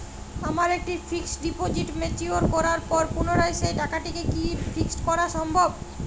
আমার একটি fixed deposit mature করার পর পুনরায় সেই টাকাটিকে কি ফিক্সড করা সম্ভব?